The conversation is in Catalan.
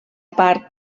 part